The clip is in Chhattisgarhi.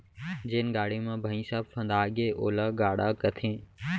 जेन गाड़ी म भइंसा फंदागे ओला गाड़ा कथें